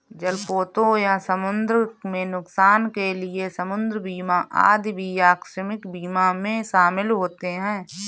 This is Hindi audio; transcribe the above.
जलपोतों या समुद्र में नुकसान के लिए समुद्र बीमा आदि भी आकस्मिक बीमा में शामिल होते हैं